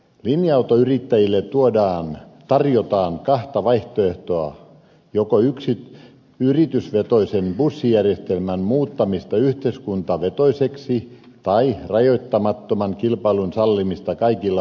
linja autoyrittäjille tarjotaan kahta vaihtoehtoa joko yritysvetoisen bussijärjestelmän muuttamista yhteiskuntavetoiseksi tai rajoittamattoman kilpailun sallimista kaikilla bussilinjoilla